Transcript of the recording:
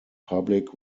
public